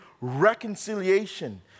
reconciliation